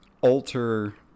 alter